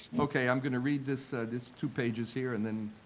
okay, i'm gonna read this ah this two pages here and then